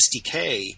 SDK